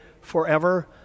forever